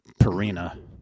Perina